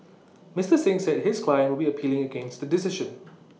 Mister Singh said his client would be appealing against the decision